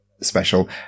special